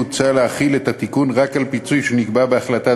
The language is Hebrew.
מוצע להחיל את התיקון רק על פיצוי שנקבע בהחלטת